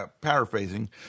paraphrasing